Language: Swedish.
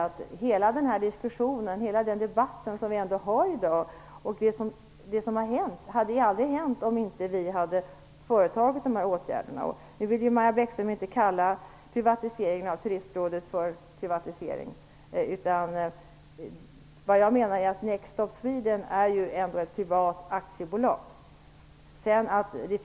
Det som nu händer på området skulle aldrig ha kommit till stånd om vi inte hade vidtagit de nämnda åtgärderna. Maja Bäckström vill inte kalla privatiseringen av Turistrådet för en privatisering. Next Stop Sweden är ett privat aktiebolag.